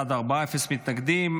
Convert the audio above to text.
בעד, ארבעה, אפס מתנגדים.